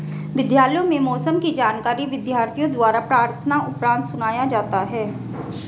विद्यालयों में मौसम की जानकारी विद्यार्थियों द्वारा प्रार्थना उपरांत सुनाया जाता है